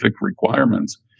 requirements